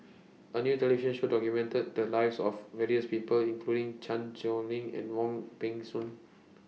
A New television Show documented The Lives of various People including Chan Sow Lin and Wong Peng Soon